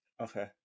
Okay